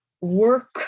work